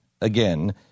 again